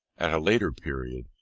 at a later period,